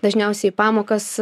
dažniausiai pamokas